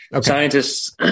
Scientists